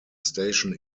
station